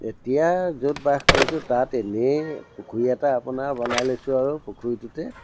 এতিয়া য'ত বাস কৰিছোঁ তাত এনেই পুখুৰী এটা আপোনাৰ বনাই লৈছোঁ আৰু পুখুৰীটোতে